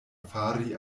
fari